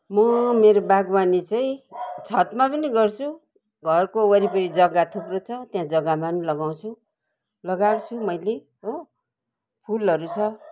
म मेरो बागवानी चाहिँ छतमा पनि गर्छु घरको वरिपरि जग्गा थुप्रो छ त्यहाँ जग्गामा पनि लगाउँछु लगाएको छु मैले हो फुलहरू छ